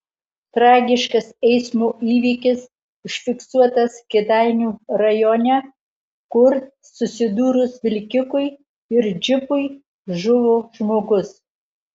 tragiškas eismo įvykis užfiksuotas kėdainių rajone kur susidūrus vilkikui ir džipui žuvo žmogus